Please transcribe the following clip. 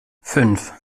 fünf